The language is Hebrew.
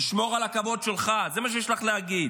"תשמור על הכבוד שלך", זה מה שיש לך להגיד.